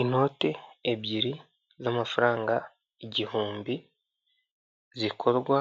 Inoti ebyiri z'amafaranga igihumbi zikorwa